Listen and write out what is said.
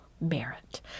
merit